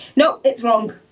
no it's wrong.